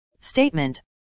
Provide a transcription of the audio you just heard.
Statement